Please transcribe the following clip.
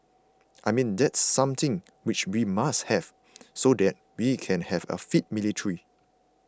I mean that's something which we must have so that we can have a fit military